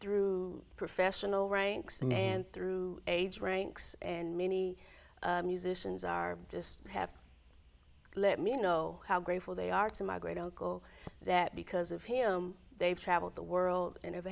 through professional ranks and through age ranks and many musicians are just have let me know how grateful they are to my great uncle that because of him they've traveled the world and